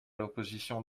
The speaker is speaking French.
l’opposition